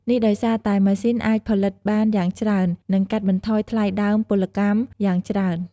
នេះដោយសារតែម៉ាស៊ីនអាចផលិតបានយ៉ាងលឿន និងកាត់បន្ថយថ្លៃដើមពលកម្មយ៉ាងច្រើន។